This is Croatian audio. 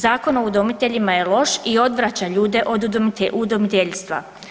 Zakon o udomiteljima je loš i odvraća ljude od udomiteljstva.